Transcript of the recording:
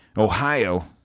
Ohio